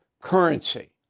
currency